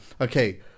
okay